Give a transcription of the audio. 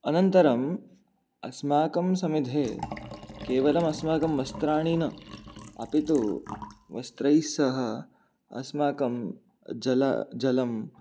अनन्तरम् अस्माकं सविधे केवलम् अस्माकं वस्त्राणि न अपि तु वस्त्रैस्सह अस्माकं जलं जलं